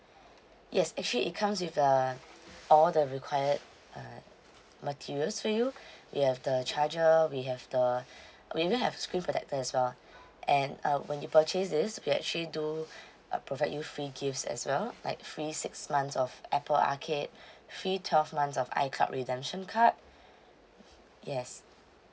yes actually it comes with uh all the required uh materials for you we have the charger we have the we even have screen protector as well and uh when you purchase this we actually do uh provide you free gifts as well like free six months of apple arcade free twelve months of icloud redemption card yes